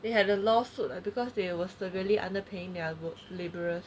they had a law suit eh because they were sturdily underpaying their goods labourers